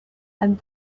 and